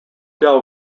del